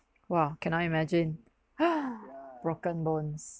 !wah! cannot imagine broken bones